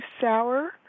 sour